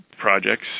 projects